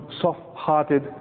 soft-hearted